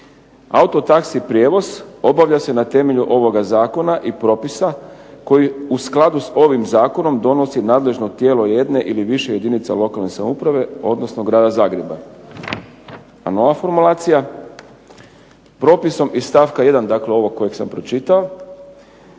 autotaxi prijevoz obavlja se na temelju ovoga zakona i propisa koji u skladu s ovim zakonom donosi nadležno tijelo jedne ili više jedinica lokalne samouprave odnosno Grada Zagreba. A nova formulacija: propisom iz stavka 1., dakle ovog kojeg sam pročitao,